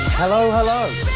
hello, hello!